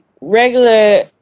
regular